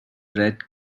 red